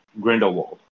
Grindelwald